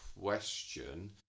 question